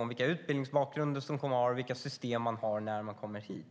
om vilken utbildningsbakgrund man har och vilka system man har när man kommer hit.